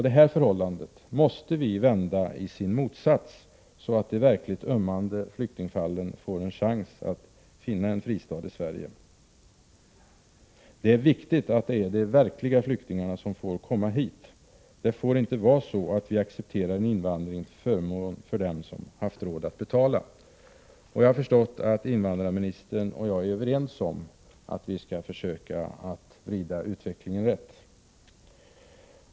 Det här förhållandet måste vi vända i sin motsats, så att de verkligt ömmande flyktingfallen får en chans att finna en fristad i Sverige. Det är viktigt att det är de verkliga flyktingarna som får komma hit. Det får inte vara så att vi accepterar en invandring till förmån för dem som har haft råd att betala. Jag har förstått att invandrarministern och jag är överens om att vi skall försöka vrida utvecklingen rätt.